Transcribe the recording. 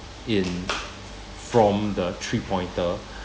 in from the three pointer